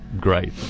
great